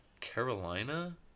Carolina